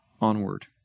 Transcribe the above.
onward